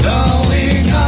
Darling